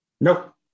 nope